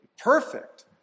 perfect